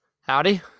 Howdy